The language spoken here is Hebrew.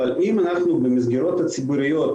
אבל אם במסגרות הציבוריות